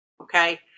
Okay